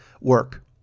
work